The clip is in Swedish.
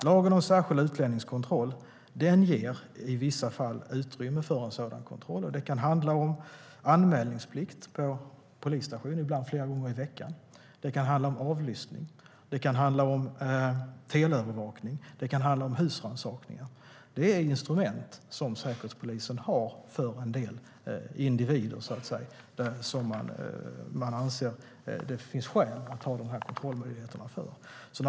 Lagen om särskild utlänningskontroll ger i vissa fall utrymme för en sådan kontroll. Det kan handla om anmälningsplikt på polisstation, ibland flera gånger i veckan. Det kan handla om avlyssning, det kan handla om teleövervakning och det kan handla om husrannsakan. Det är instrument som säkerhetspolisen har för en del individer som man anser att det finns skäl att ha dessa kontrollmöjligheter för.